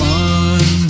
one